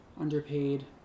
underpaid